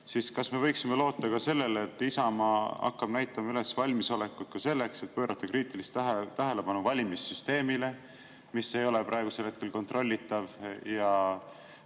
siis kas me võiksime loota ka sellele, et Isamaa hakkab näitama üles valmisolekut selleks, et pöörata kriitilist tähelepanu valimissüsteemile, mis ei ole praegusel hetkel kontrollitav ja